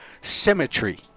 symmetry